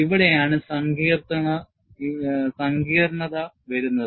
ഇവിടെയാണ് സങ്കീർണ്ണത വരുന്നത്